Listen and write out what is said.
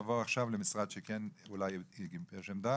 נעבור למשרד המשפטים.